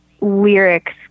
lyrics